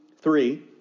three